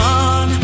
on